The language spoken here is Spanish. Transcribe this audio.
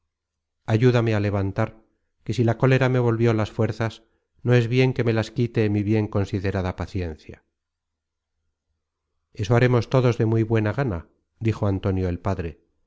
ayúdame á levantar que si la cólera me volvió las fuerzas no es bien que me las quite mi bien considerada paciencia eso haremos todos de muy buena gana dijo antonio el padre